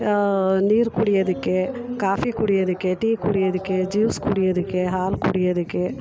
ನೀರು ಕುಡಿಯೋದಿಕ್ಕೆ ಕಾಫಿ ಕುಡಿಯೋದಿಕ್ಕೆ ಟೀ ಕುಡಿಯೋದಿಕ್ಕೆ ಜ್ಯೂಸ್ ಕುಡಿಯೋದಿಕ್ಕೆ ಹಾಲು ಕುಡಿಯೋದಿಕ್ಕೆ